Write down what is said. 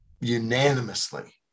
unanimously